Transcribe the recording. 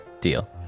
Deal